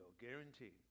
guaranteed